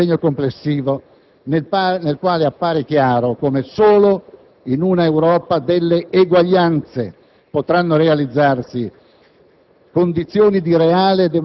l'aspetto non secondario di un disegno complessivo, nel quale appare chiaro come solo in un'Europa delle eguaglianze potranno realizzarsi